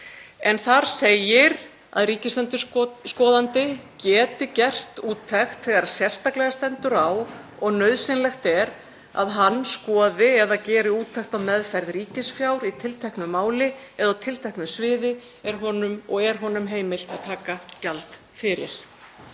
en þar segir að ríkisendurskoðandi geti gert úttekt þegar sérstaklega stendur á og nauðsynlegt er að hann skoði eða geri úttekt á meðferð ríkisfjár í tilteknu máli eða á tilteknu sviði og er honum heimilt að taka gjald fyrir.